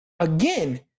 Again